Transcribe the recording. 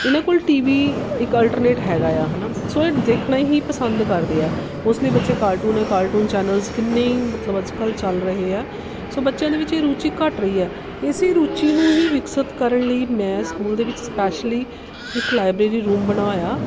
ਇਹਨਾਂ ਕੋਲ T V ਇੱਕ ਅਲਟਰਨੇਟ ਹੈਗਾ ਆ ਹੈ ਨਾ ਸੋ ਇਹ ਦੇਖਣਾ ਹੀ ਪਸੰਦ ਕਰਦੇ ਆ ਮੋਸਟਲੀ ਬੱਚੇ ਕਾਰਟੂਨ ਹੈ ਕਾਰਟੂਨ ਚੈਨਲਜ਼ ਕਿੰਨੇ ਹੀ ਮਤਲਬ ਅੱਜ ਕੱਲ੍ਹ ਚੱਲ ਰਹੇ ਹੈ ਸੋ ਬੱਚਿਆਂ ਦੇ ਵਿੱਚ ਇਹ ਰੁਚੀ ਘੱਟ ਰਹੀ ਹੈ ਇਸ ਰੁਚੀ ਨੂੰ ਹੀ ਵਿਕਸਿਤ ਕਰਨ ਲਈ ਮੈਂ ਸਕੂਲ ਦੇ ਵਿੱਚ ਸਪੈਸ਼ਲੀ ਇੱਕ ਲਾਇਬ੍ਰੇਰੀ ਰੂਮ ਬਣਾਇਆ